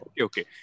okay